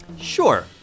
sure